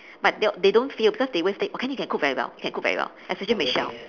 but they they don't feel because they always say okay you can cook very well you can cook very well especially michelle